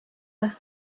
her